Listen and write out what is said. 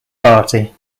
party